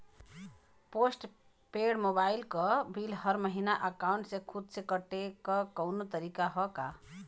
Post paid mobile क bill हर महिना एकाउंट से खुद से कटे क कौनो तरीका ह का?